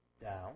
down